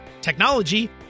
technology